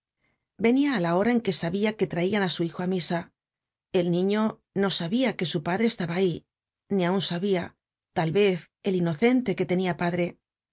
venia á la hora en que sabia que traian á su hijo á misa el niño no sabia que su padre estaba ahí ni aun sabia tal vez el inocente que tenia padre